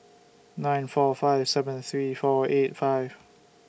nine four five seven three four eight five